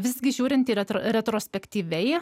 visgi žiūrint į retro retrospektyviai